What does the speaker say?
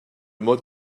mode